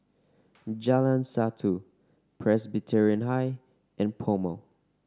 Jalan Satu Presbyterian High and PoMo